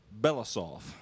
Belasov